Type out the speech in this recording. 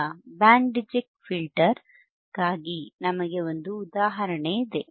ಈಗ band reject ಫಿಲ್ಟರ್ಗಾಗಿ ನಮಗೆ ಒಂದು ಉದಾಹರಣೆ ಇದೆ